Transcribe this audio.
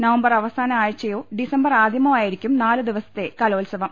November അവസാന ആഴ്ചയോ December ആദ്യമോ ആയിരിക്കും നാലുദിവസത്തെ കലോത്സ വം